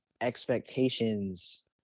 expectations